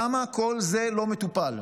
למה כל זה לא מטופל?